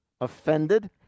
offended